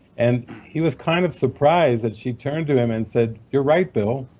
and he was kind of surprised that she turned to him and said, you're right bill,